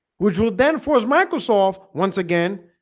which will then force microsoft once again?